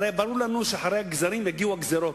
הרי ברור לנו שאחרי הגזרים יגיעו הגזירות,